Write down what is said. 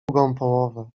połowę